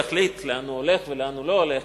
הוא כבר יחליט לאן הוא הולך ולאן הוא לא הולך.